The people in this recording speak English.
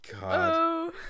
God